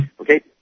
Okay